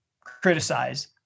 criticize